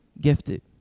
gifted